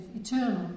eternal